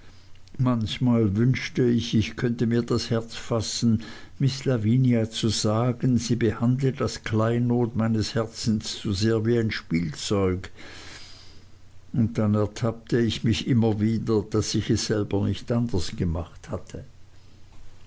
manchmal wünschte ich ich könnte mir das herz fassen miß lavinia zu sagen sie behandle das kleinod meines herzens zu sehr wie ein spielzeug und dann ertappte ich mich immer wieder daß ich es selber nicht anders gemacht hatte